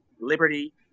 liberty